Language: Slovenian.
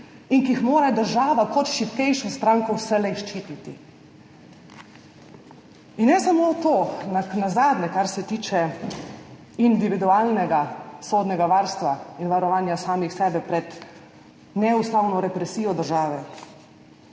in ki jih mora država kot šibkejšo stran vselej ščititi. Ne samo to, nazadnje kar se tiče individualnega sodnega varstva in varovanja samih sebe pred neustavno represijo države,